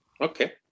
Okay